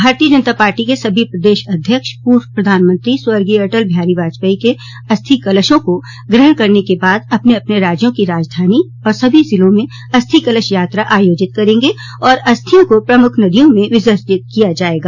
भारतीय जनता पार्टी के सभी प्रदेश अध्यक्ष पूर्व प्रधानमंत्री स्वर्गीय अटल बिहारी वाजपेयी के अस्थि कलशों को ग्रहण करने के बाद अपने अपने राज्यों की राजधानी और सभी जिलों में अस्थि कलश यात्रा आयोजित करेंगे और अस्थियों को प्रमुख नदियों में विसर्जित किया जायेगा